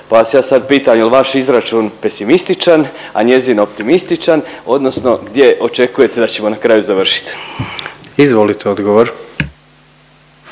pa vas ja sad pitam jel' vaš izračun pesimističan, a njezin optimističan, odnosno gdje očekujete da ćemo na kraju završiti? **Jandroković,